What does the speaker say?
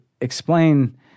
explain